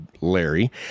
larry